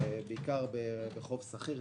בעיקר בחוב סחיר.